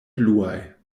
bluaj